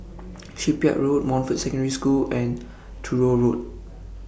Shipyard Road Montfort Secondary School and Truro Road